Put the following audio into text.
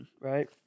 right